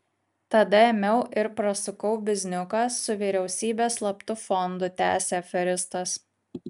tada ėmiau ir prasukau bizniuką su vyriausybės slaptu fondu tęsė aferistas